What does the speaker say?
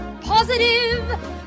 positive